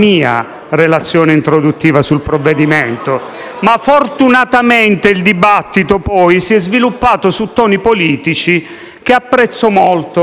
relazione introduttiva sul provvedimento, ma fortunatamente il dibattito poi si è sviluppato su toni politici che apprezzo molto.